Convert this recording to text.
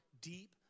deep